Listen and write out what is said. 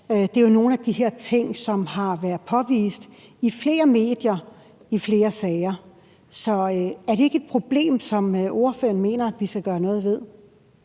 Det er jo nogle af de her ting, som er blevet påvist i flere medier, i flere sager. Så er det ikke et problem, som ordføreren mener at vi skal gøre noget ved?